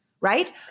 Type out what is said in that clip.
right